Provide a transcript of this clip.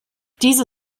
diese